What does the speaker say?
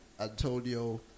Antonio